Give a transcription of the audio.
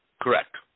Correct